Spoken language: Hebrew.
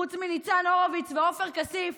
חוץ מניצן הורביץ ועופר כסיף,